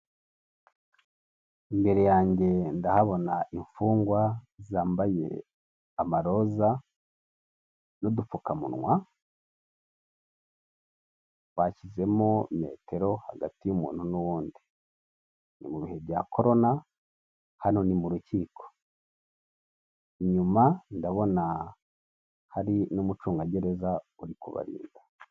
Imbere yanjye ndahabona imfungwa zambaye amaroza n'udupfukamunwa bashyizemo metero hagati y'umuntu n'uwundi, ni mu bihe bya corona hano ni mu rukiko inyuma ndabona hari n'umucunga gereza uri kubarinda.